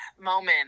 moment